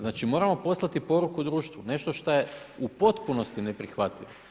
Znači moramo poslati poruku društvu nešto što je u potpunosti neprihvatljivo.